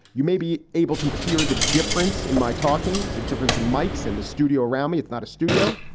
you may be able to hear the difference in my talking. the difference in mikes in and the studio around me. it's not a studio,